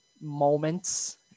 moments